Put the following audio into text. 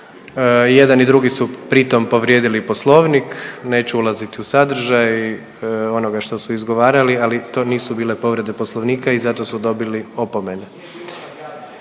jedan i drugi su pritom povrijedili Poslovnik. Neću ulaziti u sadržaj onoga što su izgovarali, ali to nisu bile povrede Poslovnika i zato su dobili opomene.